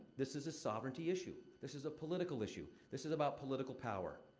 this is a sovereignty issue. this is a political issue. this is about political power.